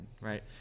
right